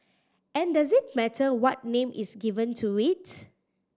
and does it matter what name is given to it